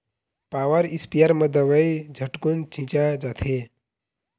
power sprayer म दवई झटकुन छिंचा जाथे